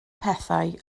pethau